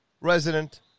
resident